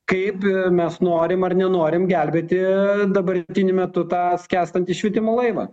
kaip mes norim ar nenorim gelbėti dabartiniu metu tą skęstantį švietimo laivą